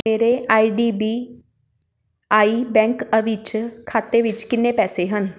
ਮੇਰੇ I D B I bank ਅ ਵਿੱਚ ਖਾਤੇ ਵਿੱਚ ਕਿੰਨੇ ਪੈਸੇ ਹਨ